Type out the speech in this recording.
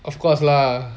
of course lah